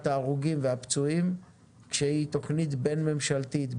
ההרוגים והפצועים שהיא תכנית בין ממשלתית,